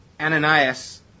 Ananias